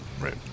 right